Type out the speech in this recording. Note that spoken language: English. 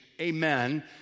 Amen